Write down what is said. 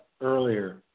earlier